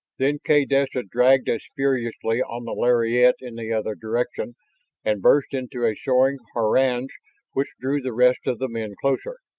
then kaydessa dragged as fiercely on the lariat in the other direction and burst into a soaring harangue which drew the rest of the men closer.